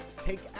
take